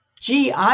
GI